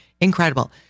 incredible